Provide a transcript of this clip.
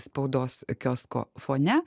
spaudos kiosko fone